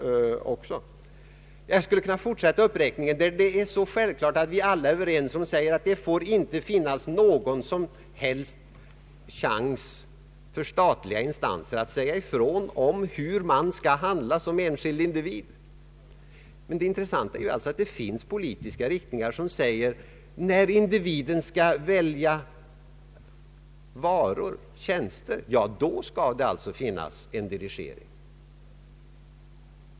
Jag skulle kunna fortsätta denna uppräkning, men det är så självklart att vi alla är överens om att det finns en rad områden där det inte får finnas några som helst möjligheter för statliga instanser att bestämma hur den enskilde individen skall handla. Det intressanta är emellertid att det finns politiska riktningar som anser att det är riktigt med en dirigering när individen skall välja varor och tjänster.